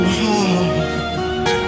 heart